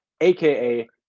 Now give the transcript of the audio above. AKA